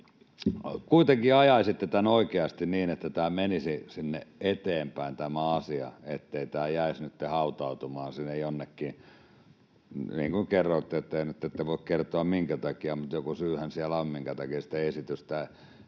kuitenkin ajaisi tämän oikeasti niin, että tämä asia menisi eteenpäin, niin ettei tämä jäisi nytten hautautumaan sinne jonnekin. Niin kuin kerroitte, että ette voi kertoa, minkä takia, mutta joku syyhän siellä on, minkä takia ei ole sitä esitystä,